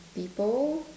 people